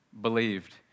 believed